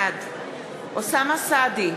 בעד אוסאמה סעדי,